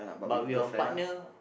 but with our partner